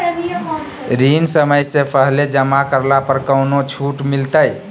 ऋण समय से पहले जमा करला पर कौनो छुट मिलतैय?